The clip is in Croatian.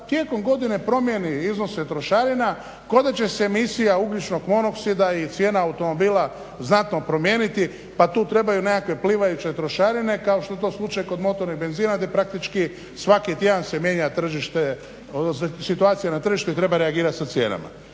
tijekom godine promijeni iznose trošarina ko da će se misija ugljičnog monoksida i cijena automobila znatno promijeniti, pa tu trebaju nekakve plivajuće trošarine kao što je to slučaj kod motornih i benzina gdje praktički svaki tjedan se mijenja tržište, odnosno situacija na tržištu i treba reagirati sa cijenama.